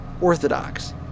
Orthodox